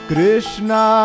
Krishna